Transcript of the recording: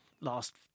last